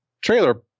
trailer